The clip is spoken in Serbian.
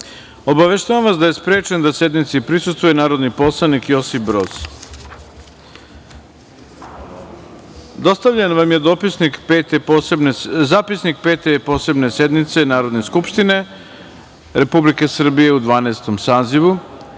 radom. Obaveštavam vas da je sprečen da sednici prisustvuje narodni poslanik Josip Broz. Dostavljen vam je zapisnik Pete posebne sednice Narodne skupštine Republike Srbije u Dvanaestom